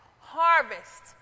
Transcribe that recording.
harvest